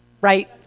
right